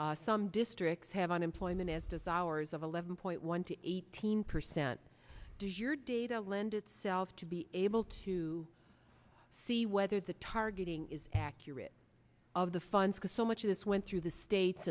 some districts have unemployment has desires of eleven point one to eighteen percent does your data lend itself to be able to see whether the targeting is accurate of the funds because so much of this went through the states